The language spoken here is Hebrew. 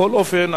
בכל אופן,